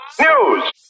News